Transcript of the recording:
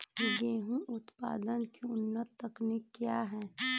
गेंहू उत्पादन की उन्नत तकनीक क्या है?